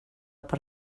per